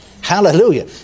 Hallelujah